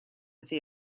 see